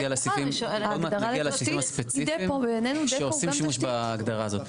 עוד מעט נגיע לסעיפים הספציפיים שעושים שימוש בהגדרה הזאת.